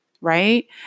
right